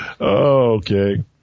Okay